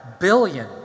billion